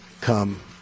come